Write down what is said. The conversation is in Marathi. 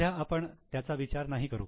सध्या आपण त्याचा विचार नाही करू